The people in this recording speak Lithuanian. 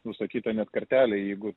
nustatyta net kartelė jeigu